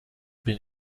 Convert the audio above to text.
been